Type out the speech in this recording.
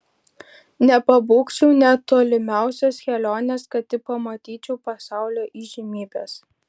nepabūgčiau net tolimiausios kelionės kad tik pamatyčiau pasaulio įžymybes